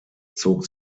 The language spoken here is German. zog